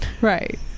Right